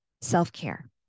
self-care